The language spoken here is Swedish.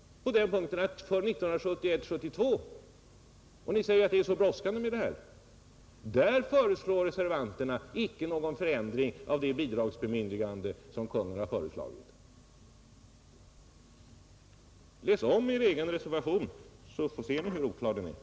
Nr 74 Reservanterna anför att det är så bråttom, men för 1971/72 begär de inte någon förändring av det bidragsbemyndigande som Kungl. Maj:t har föreslagit. Läs om er egen reservation, så ser ni hur oklar den är!